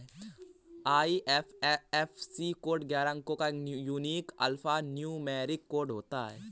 IFSC code ग्यारह अंको का एक यूनिक अल्फान्यूमैरिक कोड होता है